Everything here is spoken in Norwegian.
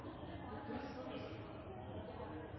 han er